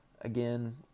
again